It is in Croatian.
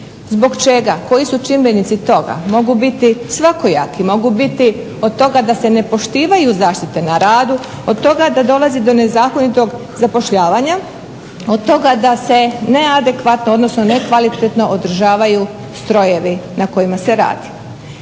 Zbog čega, koji su čimbenici toga? Mogu biti svakojaki, mogu biti od toga da se ne poštivaju zaštite na radu, od toga da dolazi do nezakonitog zapošljavanja, od toga da se neadekvatno odnosno nekvalitetno održavaju strojevi na kojima se radi.